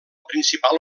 principal